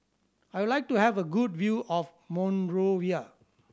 I would like to have a good view of Monrovia